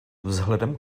vzhledem